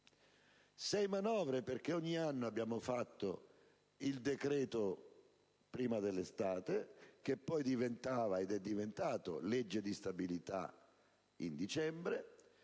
sei manovre perché ogni anno abbiamo fatto il decreto prima dell'estate, che è diventato legge di stabilità in dicembre;